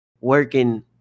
working